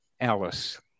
Alice